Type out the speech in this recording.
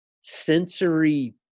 sensory